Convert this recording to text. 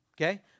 Okay